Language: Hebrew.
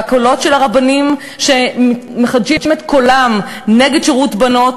והקולות של הרבנים שמחדשים את קולם נגד שירות בנות,